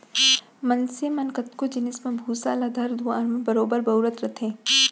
मनसे मन कतको जिनिस म भूसा ल घर दुआर म बरोबर बउरत रथें